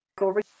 over